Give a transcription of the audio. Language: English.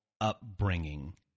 upbringing